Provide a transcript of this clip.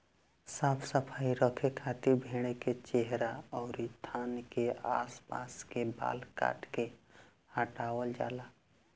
साफ सफाई रखे खातिर भेड़ के चेहरा अउरी थान के आस पास के बाल काट के हटावल जाला